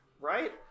Right